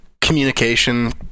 communication